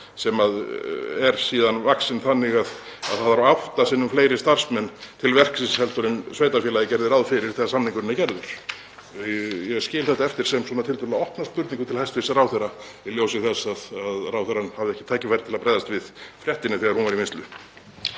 hefur síðan vaxið þannig að það eru átta sinnum fleiri starfsmenn til verksins heldur en sveitarfélagið gerði ráð fyrir þegar samningurinn var gerður. Ég skil þetta eftir sem tiltölulega opna spurningu til hæstv. ráðherra í ljósi þess að hann hafði ekki tækifæri til að bregðast við fréttinni þegar hún var í vinnslu.